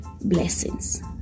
blessings